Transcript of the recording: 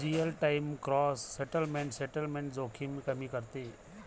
real time gross settlement settlement जोखीम कमी करते